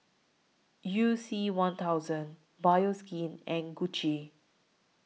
YOU C one thousand Bioskin and Gucci